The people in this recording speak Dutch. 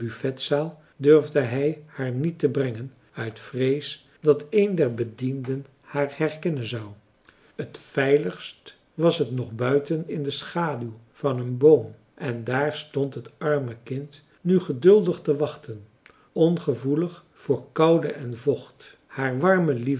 buffetzaal durfde hij haar niet brengen uit vrees dat een der bedienden haar herkennen zou het veiligst was t nog buiten in de schaduw van een boom en daar stond het arme kind nu geduldig te wachten ongevoemarcellus emants een drietal novellen lig voor koude en vocht haar warme liefde